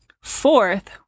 Fourth